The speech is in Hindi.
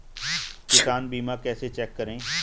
किसान बीमा कैसे चेक करें?